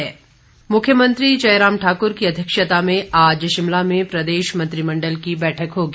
मंत्रिमंडल मुख्यमंत्री जयराम ठाकुर की अध्यक्षता में आज शिमला में प्रदेश मंत्रिमंडल की बैठक होगी